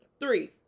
Three